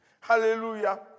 Hallelujah